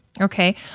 Okay